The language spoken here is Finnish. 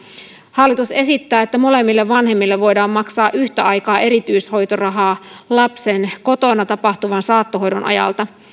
hallitus esittää että molemmille vanhemmille voidaan maksaa yhtä aikaa erityishoitorahaa lapsen kotona tapahtuvan saattohoidon ajalta